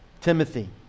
Timothy